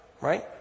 right